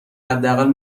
حداقل